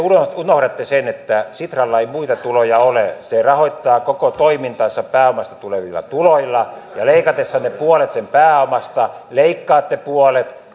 unohdatte sen että sitralla ei muita tuloja ole se rahoittaa koko toimintansa pääomasta tulevilla tuloilla ja leikatessanne puolet sen pääomasta leikkaatte puolet